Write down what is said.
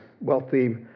wealthy